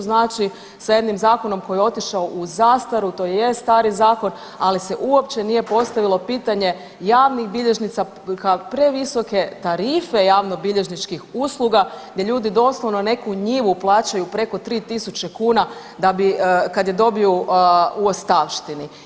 Znači sa jednim zakonom koji je otišao u zastaru, to je stari zakon, ali se uopće nije postavilo pitanje javnih bilježnika, previsoke tarife javnobilježničkih usluga gdje ljudi doslovno neku njivu plaćaju preko 3000 kuna da bi kad je dobiju u ostavštini.